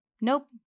Nope